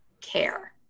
care